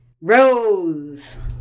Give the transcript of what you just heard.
Rose